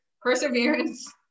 Perseverance